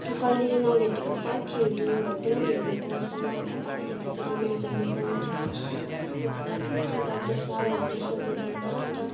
कहिले नभेटेको साथीहरू हरू पनि भेट्नु पाउँछ अनि बातचितहरू राम्ररी गर्नु पाउँछ कस्तो छ के गर्दैछ उयोहरू सोध्नु पाउँछ अन्त